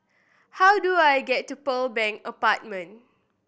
how do I get to Pearl Bank Apartment